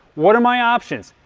what are my options?